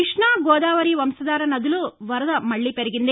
కృష్ణ గోదావరి వంశధార నదుల వరద మళ్ళీ పెరిగింది